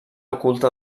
oculta